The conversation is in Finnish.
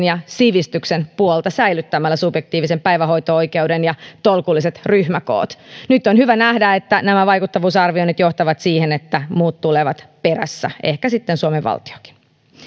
ja sivistyksen puolta säilyttämällä subjektiivisen päivähoito oikeuden ja tolkulliset ryhmäkoot nyt on hyvä nähdä että nämä vaikuttavuusarvioinnit johtavat siihen että muut tulevat perässä ehkä sitten suomen valtiokin